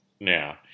now